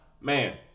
man